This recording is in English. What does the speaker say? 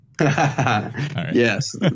Yes